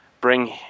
bring